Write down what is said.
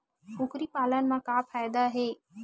कुकरी पालन म का फ़ायदा हे?